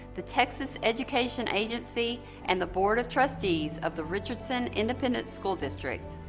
the texas education agency and the board of trustees of the richardson independent school district.